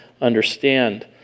understand